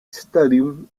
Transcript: stadium